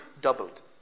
doubled